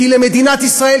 כי למדינת ישראל,